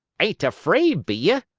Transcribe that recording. ain't afraid, be ye?